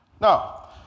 Now